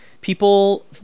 people